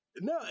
no